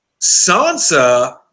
Sansa